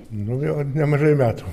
nu jo nemažai metų